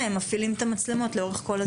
הם יפעילו את המצלמות לאורך כל הזמן?